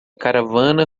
caravana